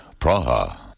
Praha